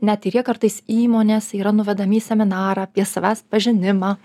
net ir jie kartais įmonės yra nuvedami į seminarą apie savęs pažinimą